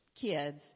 kids